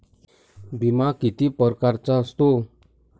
बिमा किती परकारचा असतो?